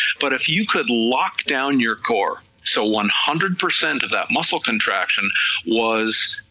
but if you could lock down your core so one hundred percent of that muscle contraction was